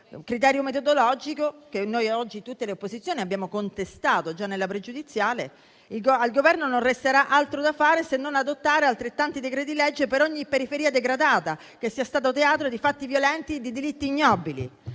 criterio metodologico, che oggi tutte le opposizioni hanno contestato già in sede di deliberazione sulla questione pregiudiziale, al Governo non resterà altro da fare se non adottare altrettanti decreti-legge per ogni periferia degradata che sia stata teatro di fatti violenti e di delitti ignobili.